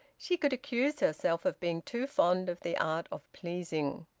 she could accuse herself of being too fond of the art of pleasing.